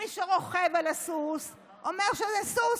ומי שרוכב על הסוס אומר שזה סוס,